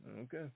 Okay